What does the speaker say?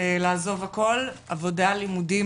לעזוב הכל, עבודה, לימודים